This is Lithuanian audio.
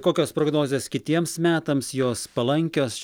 kokios prognozės kitiems metams jos palankios